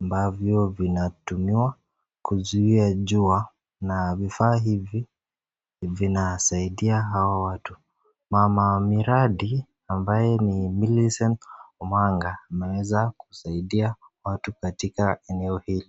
ambavyo vinatumiwa kuzuia jua. Na vifaa hivi vinasaidia hao watu. Mama miradi ambayo ni Millicent Omanga, ameweza kusaidia watu katika eneo hili.